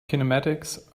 kinematics